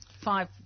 five